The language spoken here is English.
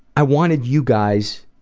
i wanted you guys